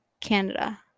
Canada